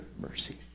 mercy